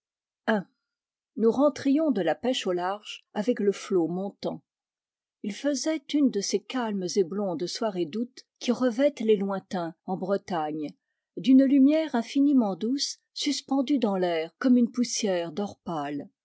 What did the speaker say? nous rentrions de la pêche au large avec le flot montant il faisait une de cescalmeset blondes soirées d'août qui revêtent les lointains en bretagne d'une lumière infinment douce suspendue dans l'air comme une poussière d'or pâle